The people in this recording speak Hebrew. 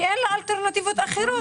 כי אין לה אלטרנטיבות אחרות.